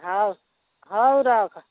ହଉ ହଉ ରଖ